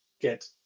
get